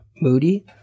moody